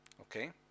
Okay